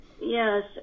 Yes